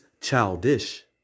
childish